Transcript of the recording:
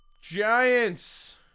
Giants